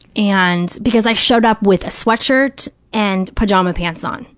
and, because i showed up with a sweatshirt and pajama pants on,